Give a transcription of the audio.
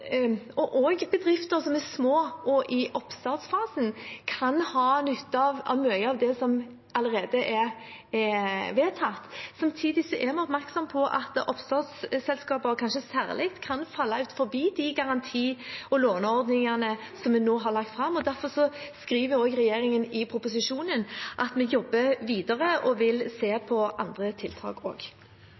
og som nå også vedtas. Også bedrifter som er små og i oppstartsfasen, kan ha nytte av mye av det som allerede er vedtatt. Samtidig er vi oppmerksom på at kanskje særlig oppstartsselskaper kan falle utenfor de garanti- og låneordningene som vi nå har lagt fram, og derfor skriver regjeringen i proposisjonen at vi jobber videre og vil se på andre tiltak